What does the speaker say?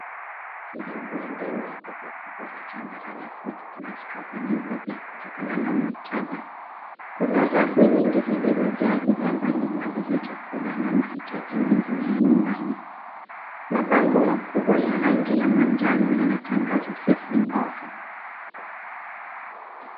Sehemu ya ndani ya duka kubwa la Chandarana FoodPlus hapa Nairobi kutokana na muktadha. Kuna rafu nyingi zilizojaa bidhaa mbali mbali za chakula na mahitaji mengine ya nyumbani. Mabango makubwa ya rangi ya manjano yana tangazo sizzling offer .